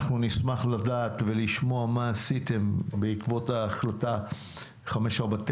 אנחנו נשמח לדעת ולשמוע מה עשיתם בעקבות ההחלטה 549,